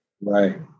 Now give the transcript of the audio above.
Right